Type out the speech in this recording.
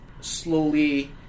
slowly